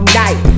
night